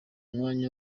myanya